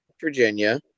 Virginia